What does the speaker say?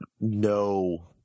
no